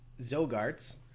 Zogarts